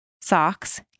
socks